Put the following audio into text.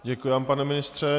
Děkuji vám, pane ministře.